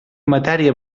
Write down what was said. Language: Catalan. matèria